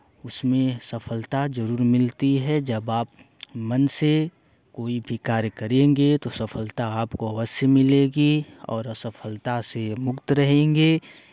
उसमें सफलता जरूर मिलती है जब आप मन से कोई भी कार्य करेंगे तो सफलता आपको अवश्य मिलेगी और असफलता से मुक्त रहेंगे